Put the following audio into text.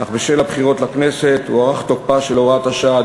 אך בשל הבחירות לכנסת הוארך תוקפה של הוראת השעה עד